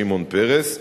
שמעון פרס,